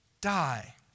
die